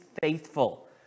faithful